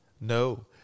No